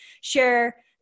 share